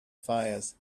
fires